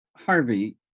Harvey